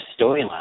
storyline